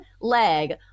leg